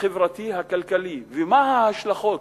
החברתי-הכלכלי ומה ההשלכות